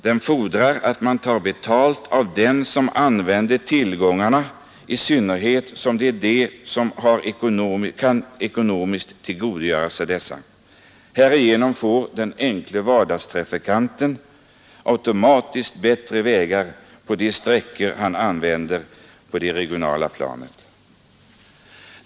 Den fordrar att man tar betalt av dem som använder tillgångarna, i synnerhet som det är de som ekonomiskt kan tillgodogöra sig dessa. Härigenom får den enkle vardagstrafikanten automatiskt bättre vägar på de sträckor han använder på det regionala planet.